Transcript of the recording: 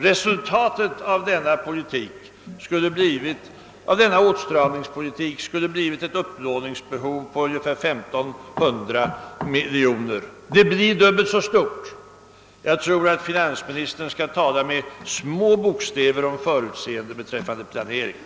Resultatet av denna åtstramningspolitik skulle medföra ett upplåningsbehov av ungefär 1500 miljoner kronor. Det blir dubbelt så stort. Jag tror att finansministern skall tala med små bokstäver om förutseende beträffande planeringen.